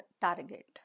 target